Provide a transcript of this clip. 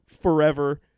forever